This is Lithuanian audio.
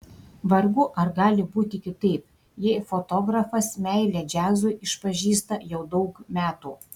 vargu ar gali būti kitaip jei fotografas meilę džiazui išpažįsta jau daug metų